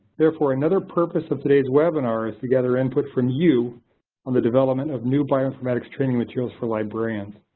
therefore, another purpose of today's webinar is to gather input from you on the development of new bioinformatics training materials for librarians.